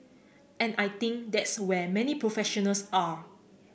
and I think that's where many professionals are